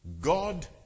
God